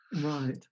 right